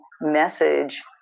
message